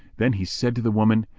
then he said to the woman,